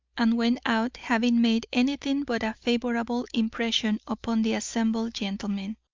and went out, having made anything but a favourable impression upon the assembled gentlemen.